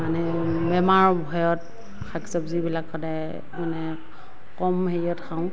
মানে বেমাৰৰ ভয়ত শাক চবজিবিলাক সদায়ে মানে কম হেৰিত খাওঁ